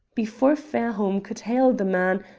before fairholme could hail the man,